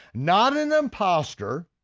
not an impostor.